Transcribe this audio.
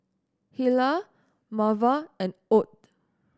Hilah Marva and Ott